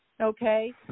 okay